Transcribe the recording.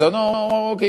אז הנוער אומר: אוקיי,